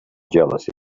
jealousy